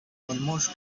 almost